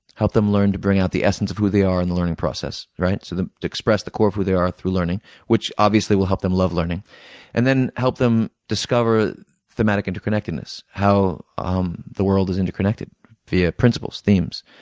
help them learn to bring out the essence of who they are in the learning process so to express the core of who they are through learning which obviously will help them love learning and then help them discover thematic interconnectedness how um the world is interconnected via principles, themes.